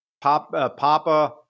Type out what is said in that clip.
Papa